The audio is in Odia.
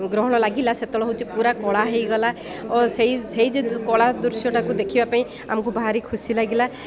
ଗ୍ରହଣ ଲାଗିଲା ସେତେବେଳେ ହଉଛି ପୁରା କଳା ହେଇଗଲା ଓ ସେଇ ସେଇ ଯେ କଳା ଦୃଶ୍ୟଟାକୁ ଦେଖିବା ପାଇଁ ଆମକୁ ଭାରି ଖୁସି ଲାଗିଲା